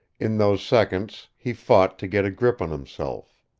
in those seconds he fought to get a grip on himself.